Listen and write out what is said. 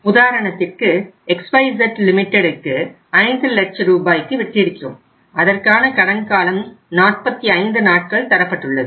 உதாரணத்திற்கு XYZ லிமிடெட்டிற்கு 5 லட்ச ரூபாய்க்கு விற்றிருக்கிறோம் அதற்கான கடன் காலம் 45 நாட்கள் தரப்பட்டுள்ளது